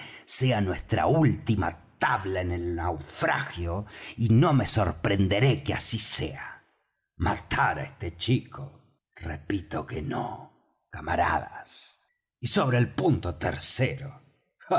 sea nuestra última tabla en el naufragio y no me sorprenderé que así sea matar á este chico repito que no camaradas y sobre el punto tercero